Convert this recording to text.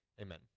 Amen